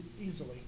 Easily